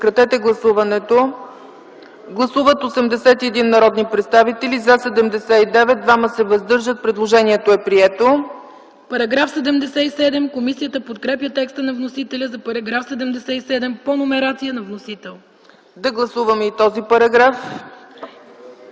да гласуваме и този параграф.